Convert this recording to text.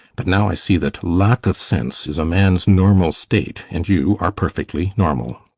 but now i see that lack of sense is a man's normal state, and you are perfectly normal.